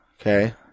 Okay